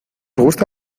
gusta